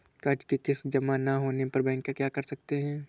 कर्ज कि किश्त जमा नहीं होने पर बैंकर क्या कर सकते हैं?